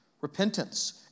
repentance